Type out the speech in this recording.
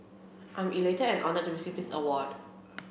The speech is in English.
I am elated and honoured to receive this award